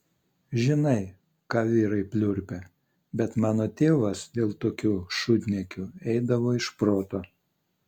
žinai ką vyrai pliurpia bet mano tėvas dėl tokių šūdniekių eidavo iš proto